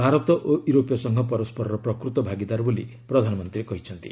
ଭାରତ ଓ ୟୁରୋପୀୟ ସଂଘ ପରସ୍କରର ପ୍ରକୃତ ଭାଗିଦାର ବୋଲି ପ୍ରଧାନମନ୍ତ୍ରୀ କହିଛନ୍ତି